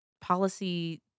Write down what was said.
policy